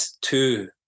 two